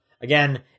again